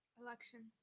Elections